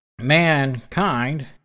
mankind